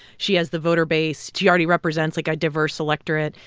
she has the voter base. she already represents, like, a diverse electorate.